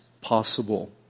possible